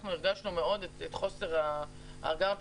אנחנו הרגשנו מאוד את חוסר הפיקוח